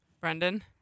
Brendan